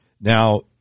Now